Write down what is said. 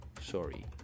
Sorry